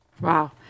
wow